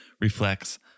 reflects